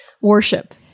Worship